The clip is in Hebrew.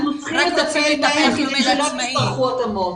אנחנו צריכים --- שלא יצטרכו התאמות